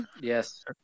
Yes